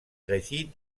réside